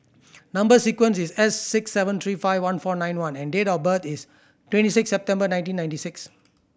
number sequence is S six seven three five one four nine one and date of birth is twenty six September nineteen ninety six